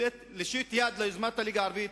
להושיט יד ליוזמת הליגה הערבית,